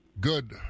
good